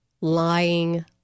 lying